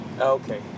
Okay